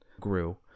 grew